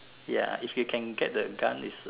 ya if you can get the gun is